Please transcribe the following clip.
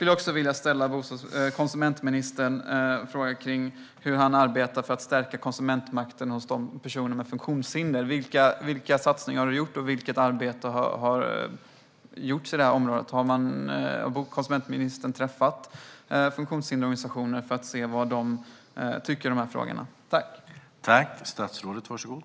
Jag vill även fråga konsumentministern hur han arbetar för att stärka konsumentmakten hos personer med funktionshinder. Vilka satsningar och vilket arbete har gjorts på området? Har konsumentministern träffat funktionshindersorganisationer för att se vad de tycker i dessa frågor?